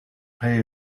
pay